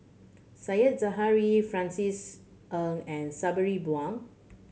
Said Zahari Francis Ng and Sabri Buang